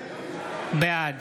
בעד